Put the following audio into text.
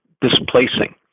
displacing